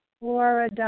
Laura